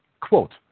Quote